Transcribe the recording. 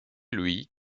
lui